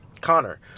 Connor